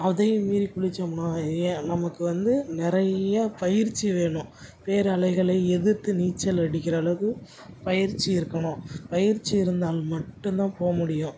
அதையும் மீறி குளிச்சம்னாயே நமக்கு வந்து நிறையா பயிற்சி வேணும் பேர் அலைகளை எதிர்த்து நீச்சல் அடிக்கிற அளவுக்கு பயிற்சி இருக்கணும் பயிற்சி இருந்தால் மட்டும் தான் போ முடியும்